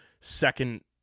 second